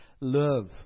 Love